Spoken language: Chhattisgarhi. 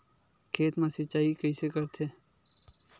खेत मा सिंचाई कइसे करथे?